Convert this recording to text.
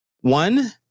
One